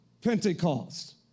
Pentecost